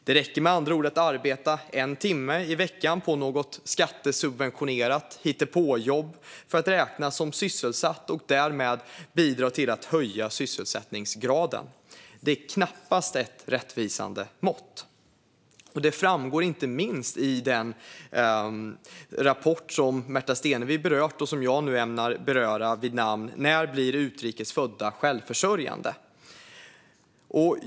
Det räcker med andra ord att arbeta en timme i veckan på något skattesubventionerat hittepåjobb för att räknas som sysselsatt och därmed bidra till att höja sysselsättningsgraden. Det är knappast ett rättvisande mått. Detta framgår inte minst i den rapport som Märta Stenevi har berört och som jag nu ämnar beröra, vid namn När blir utrikes födda självförsör jande?